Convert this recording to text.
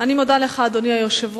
אני מודה לך, אדוני היושב-ראש.